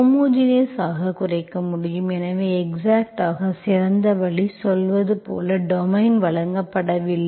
homogeneous ஆக குறைக்க முடியும் எனவே எக்ஸாக்ட் ஆக சிறந்த வழி சொல்வது போல் டொமைன் வழங்கப்படவில்லை